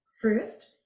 first